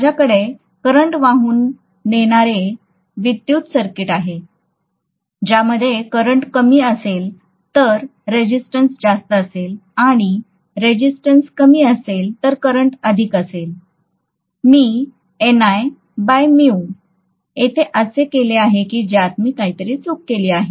माझ्याकडे करंट वाहून वाहणारे विद्युत सर्किट आहे ज्यामध्ये करंट कमी असेल तर रेसिस्टन्स जास्त असेल आणि रेसिस्टन्स कमी असेल तर करंट अधिक असेल मी येथे असे केले आहे की ज्यात मी काहीतरी चूक केली आहे